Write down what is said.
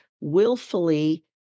willfully